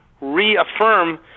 reaffirm